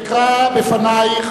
אקרא בפנייך